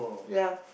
ya